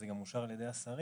וזה גם אושר על ידי השרים,